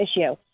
issue